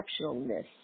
exceptionalness